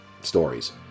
stories